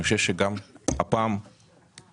אני חושב שגם הפעם הוכחנו,